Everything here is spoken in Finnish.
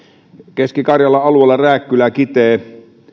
keski karjalan alueella rääkkylä kitee